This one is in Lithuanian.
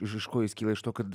iš iš ko jis kyla iš to kad